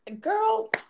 girl